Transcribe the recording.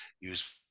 use